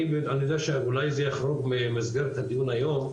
אני יודע שאולי זה יחרוג ממסגרת הדיון היום,